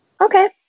okay